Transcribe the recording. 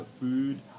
food